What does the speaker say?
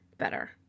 better